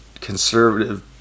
conservative